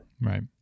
Right